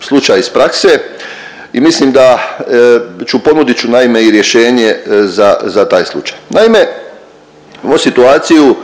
slučaj iz prakse i mislim da ću, ponudit ću naime i rješenje za, za taj slučaj. Naime, imamo situaciju